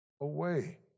away